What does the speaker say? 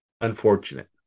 unfortunate